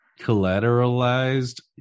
collateralized